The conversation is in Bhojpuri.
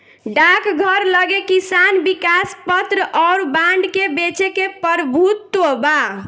डाकघर लगे किसान विकास पत्र अउर बांड के बेचे के प्रभुत्व बा